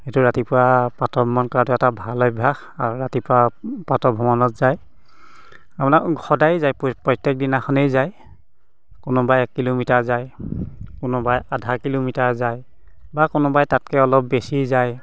সেইটো ৰাতিপুৱা প্ৰাতঃ ভ্ৰমণ কৰাতো এটা ভাল অভ্যাস আৰু ৰাতিপুৱা প্ৰাতঃ ভ্ৰমণত যায় আপোনাৰ সদায় যায় প্ৰত্যেকদিনাখনেই যায় কোনোবাই এক কিলোমিটাৰ যায় কোনোবাই আধা কিলোমিটাৰ যায় বা কোনোবাই তাতকৈ অলপ বেছি যায়